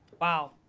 Wow